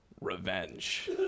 Revenge